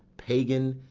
pagan,